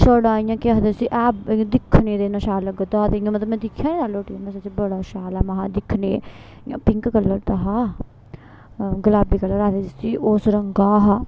छड़ा इ'यां केह् आखदे इसी ऐ इ'यां दिक्खने ते इ'न्ना शैल लग्गै दा हा ते इ'यां मतलब में दिक्खेआ जेल्लै उट्ठियै ते महा बड़ा छैल ऐ महां दिक्खने इ'यां पिंक कलर दा हा गलाबी कलर आखदे जिसी ओस रंगै दा हा